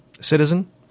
citizen